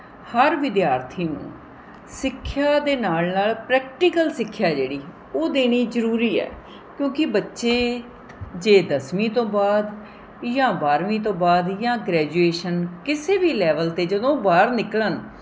ਹਰ ਵਿਦਿਆਰਥੀ ਨੂੰ ਸਿੱਖਿਆ ਦੇ ਨਾਲ ਨਾਲ ਪ੍ਰੈਕਟੀਕਲ ਸਿੱਖਿਆ ਜਿਹੜੀ ਉਹ ਦੇਣੀ ਜ਼ਰੂਰੀ ਹੈ ਕਿਉਂਕਿ ਬੱਚੇ ਜੇ ਦਸਵੀਂ ਤੋਂ ਬਾਅਦ ਜਾਂ ਬਾਰਵੀਂ ਤੋਂ ਬਾਅਦ ਜਾਂ ਗ੍ਰੈਜੂਏਸ਼ਨ ਕਿਸੇ ਵੀ ਲੈਵਲ 'ਤੇ ਜਦੋਂ ਉਹ ਬਾਹਰ ਨਿਕਲਣ